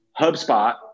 HubSpot